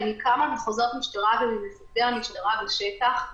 מכמה מחוזות משטרה וממפקדי המשטרה בשטח,